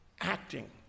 acting